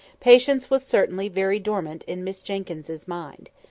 patience was certainly very dormant in miss jenkyns's mind.